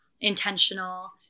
intentional